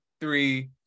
three